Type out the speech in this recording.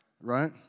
right